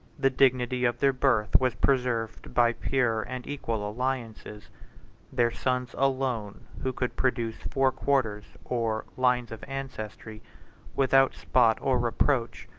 the dignity of their birth was preserved by pure and equal alliances their sons alone, who could produce four quarters or lines of ancestry without spot or reproach,